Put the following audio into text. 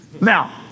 Now